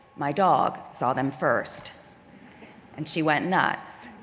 my dog saw them first and she went nuts,